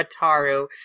Ataru